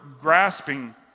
grasping